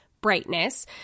brightness